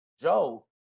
Joe